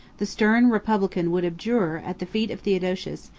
the stern republican would abjure, at the feet of theodosius,